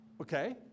Okay